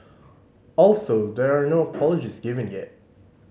also there are no apologies given yet